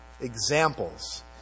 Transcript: examples